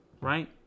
right